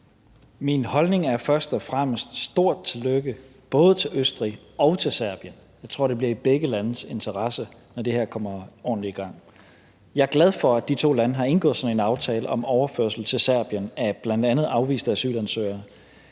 Min holdning er først og fremmest: Stort tillykke, både til Østrig og til Serbien. Jeg tror, det bliver i begge landes interesse, når det her kommer ordentligt i gang. Jeg er glad for, at de to lande har indgået sådan en aftale om overførsel til Serbien af bl.a. afviste asylansøgere.